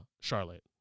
Charlotte